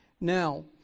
Now